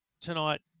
tonight